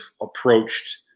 approached